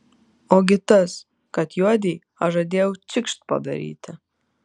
ogi tas kad juodei aš žadėjau čikšt padaryti